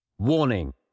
Warning